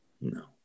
No